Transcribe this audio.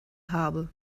habe